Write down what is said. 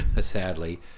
sadly